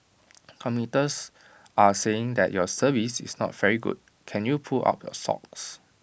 commuters are saying that your service is not very good can you pull up your socks